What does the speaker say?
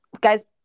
guys